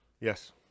Yes